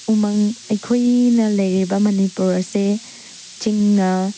ꯎꯃꯪ ꯑꯩꯈꯣꯏꯅ ꯂꯩꯔꯤꯕ ꯃꯅꯤꯄꯨꯔ ꯑꯁꯦ ꯆꯤꯡꯅ